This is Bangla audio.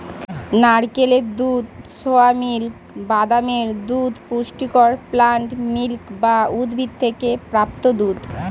নারকেলের দুধ, সোয়া মিল্ক, বাদামের দুধ পুষ্টিকর প্লান্ট মিল্ক বা উদ্ভিদ থেকে প্রাপ্ত দুধ